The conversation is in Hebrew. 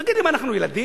תגיד לי, מה, אנחנו ילדים?